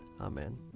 Amen